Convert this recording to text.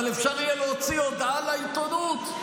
אבל אפשר יהיה להוציא הודעה לעיתונות: